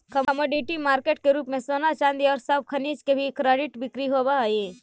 commodity market के रूप में सोना चांदी औउर सब खनिज के भी कर्रिड बिक्री होवऽ हई